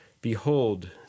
Behold